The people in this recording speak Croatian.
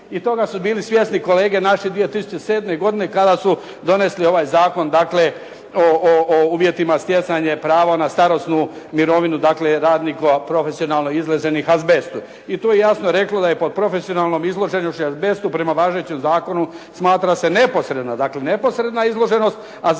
I toga su bili svjesni kolege naše 2007. godine kada su donesli ovaj zakon. Dakle, o uvjetima na stjecanje pravo na starosnu mirovinu, dakle radnika profesionalno izloženih azbestu. I tu je jasno reklo da je po profesionalnom izloženju azbestu prema važećem zakonu smatra se neposredna, dakle neposredna izloženost azbestu